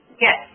yes